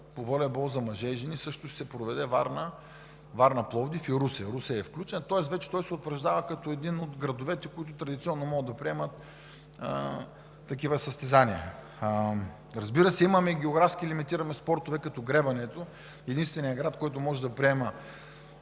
по волейбол за мъже и жени също ще проведе състезания във Варна, Пловдив и Русе. Русе е включен, тоест той вече се утвърждава като един от градовете, които традиционно могат да поемат такива състезания. Разбира се, имаме и географски лимитирани спортове като гребането. Единственият град, който може да приема